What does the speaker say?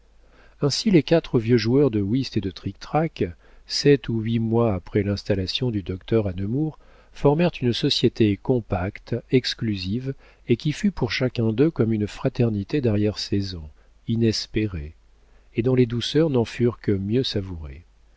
ainsi les quatre vieux joueurs de whist et de trictrac sept ou huit mois après l'installation du docteur à nemours formèrent une société compacte exclusive et qui fut pour chacun d'eux comme une fraternité darrière saison inespérée et dont les douceurs n'en furent que mieux savourées